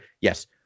yes